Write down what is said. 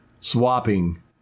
swapping